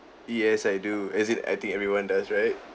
yes I do as in I think everyone does right